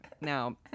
Now